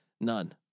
None